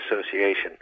Association